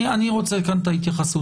אני רוצה כאן את ההתייחסות.